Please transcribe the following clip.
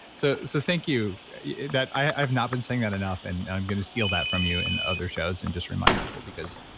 so so thank you that i have not been saying that enough and i'm going to steal that from you and other shows and just remind people because,